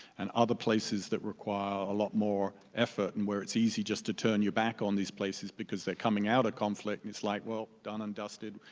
and other places that require a lot more effort, and where it's easy just to turn your back on these places because they're coming out of conflict. and it's like, well, done and dusted.